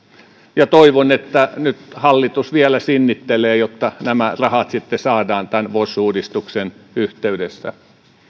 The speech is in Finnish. toivon että nyt hallitus vielä sinnittelee jotta nämä rahat sitten saadaan tämän vos uudistuksen yhteydessä